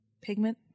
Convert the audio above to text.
pigment